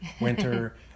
winter